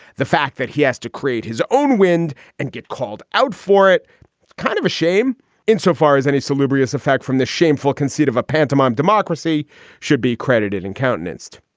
the fact that he has to create his own wind and get called out for it kind of a shame insofar as any salubrious effect from the shameful conceit of a pantomime democracy should be credited and countenanced.